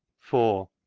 four.